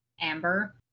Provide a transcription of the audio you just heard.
Amber